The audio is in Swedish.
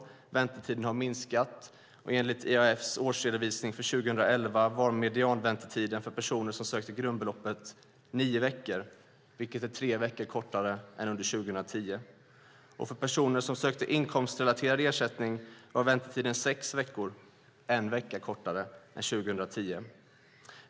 Väntetiden har minskat. Enligt IAF:s årsredovisning för 2011 var medianväntetiden för personer som sökte grundbeloppet nio veckor, vilket är tre veckor kortare än 2010. För personer som sökte inkomstrelaterad ersättning var väntetiden sex veckor - en vecka kortare än 2010.